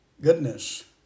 goodness